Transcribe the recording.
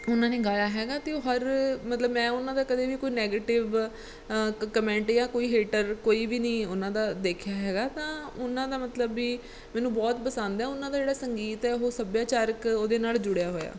ਉਹਨਾਂ ਨੇ ਗਾਇਆ ਹੈਗਾ ਅਤੇ ਉਹ ਹਰ ਮਤਲਬ ਮੈਂ ਉਹਨਾਂ ਦਾ ਕਦੇ ਵੀ ਕੋਈ ਨੈਗੇਟਿਵ ਕਮੈਂਟ ਜਾਂ ਕੋਈ ਹੇਟਰ ਕੋਈ ਵੀ ਨਹੀਂ ਉਹਨਾਂ ਦਾ ਦੇਖਿਆ ਹੈਗਾ ਤਾਂ ਉਹਨਾਂ ਦਾ ਮਤਲਬ ਵੀ ਮੈਨੂੰ ਬਹੁਤ ਪਸੰਦ ਆ ਉਹਨਾਂ ਦਾ ਜਿਹੜਾ ਸੰਗੀਤ ਹੈ ਉਹ ਸੱਭਿਆਚਾਰਕ ਉਹਦੇ ਨਾਲ ਜੁੜਿਆ ਹੋਇਆ